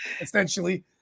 essentially